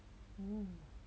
um